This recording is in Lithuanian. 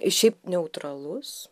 šiaip neutralus